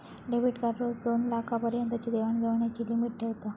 debit card रोज दोनलाखा पर्यंतची देवाण घेवाणीची लिमिट ठेवता